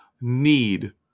need